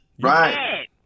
Right